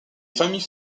familles